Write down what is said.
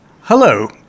Hello